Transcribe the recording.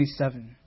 27